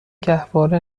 گهواره